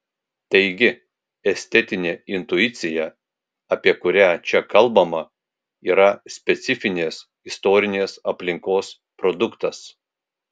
taigi estetinė intuicija apie kurią čia kalbama yra specifinės istorinės aplinkos produktas